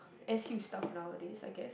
S U stuff nowadays I guess